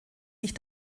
sich